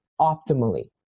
optimally